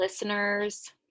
listeners